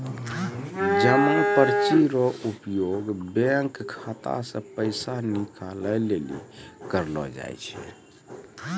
जमा पर्ची रो उपयोग बैंक खाता से पैसा निकाले लेली करलो जाय छै